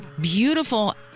beautiful